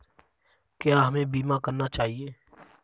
क्या हमें बीमा करना चाहिए?